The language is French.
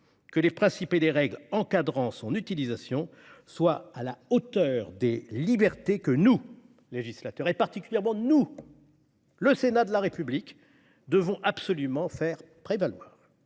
que les principes et les règles encadrant son utilisation soient à la hauteur des libertés que nous, législateurs, en particulier le Sénat de la République, devons absolument faire prévaloir.